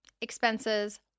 expenses